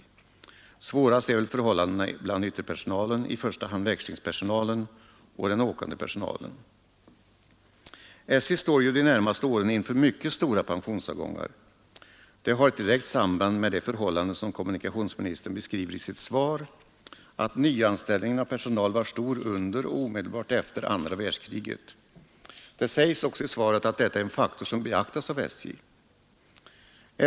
Svårast är väl förhållandena bland ytterpersonalen, i första hand växlingspersonalen, och den åkande personalen. SJ står de närmaste åren inför mycket stora pensionsavgångar. Detta har ju ett direkt samband med det förhållande som kommunikationsministern beskriver i sitt svar, nämligen att nyanställningen av personal var stor under och omedelbart efter andra världskriget. Det sägs också i svaret att detta är en faktor som beaktas av SJ.